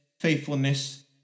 faithfulness